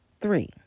Three